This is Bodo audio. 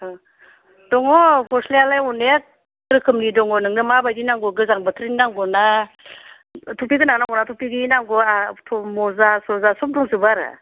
अह दङ गस्लायालाय अनेक रोखोमनि दङ नोंनो माबादि रोखोमनि नांगौ गोजां बोथोरनि नांगौना थफि गोनां नांगौना थफि गैयि नांगौ थ' मजा थजा सब दंजोबो आरो